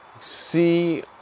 see